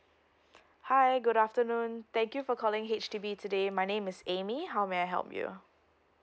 hi good afternoon thank you for calling H_D_B today my name is amy how may I help you